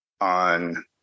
on